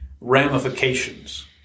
ramifications